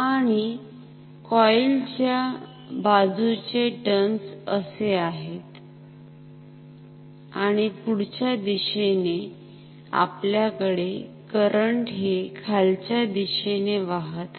आणि कोईल च्या बाजूचे टर्नस असे आहेत आणि पुढच्या दिशेने आपल्याकडे करंट हे खालच्या दिशेने वाहत आहे